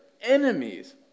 enemies